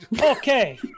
Okay